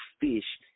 fish